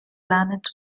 planet